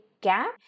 gap